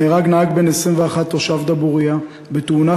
נהרג נהג בן 21 תושב דבורייה בתאונה